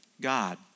God